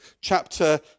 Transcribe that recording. chapter